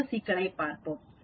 மற்றொரு சிக்கலைப் பார்ப்போம்